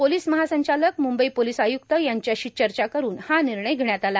पोलांस महासंचालक मुंबई पोलांस आयुक्त यांच्याशी चचा करून हा र्मिणय घेण्यात आला